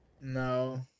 No